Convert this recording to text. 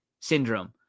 syndrome